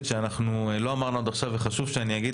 שאנחנו לא אמרנו עד עכשיו וחשוב שאני אגיד,